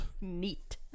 neat